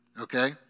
okay